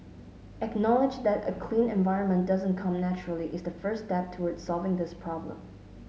acknowledge that a clean environment doesn't come naturally is the first step toward solving this problem